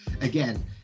Again